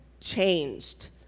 changed